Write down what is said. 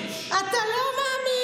בין ברקת לסמוטריץ' אתה לא מאמין.